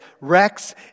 Rex